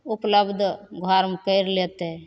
उपलब्ध घरमे करि लेतै